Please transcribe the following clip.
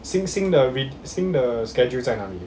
新新的新的 schedule 在哪里